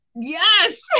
Yes